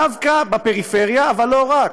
דווקא בפריפריה, אבל לא רק,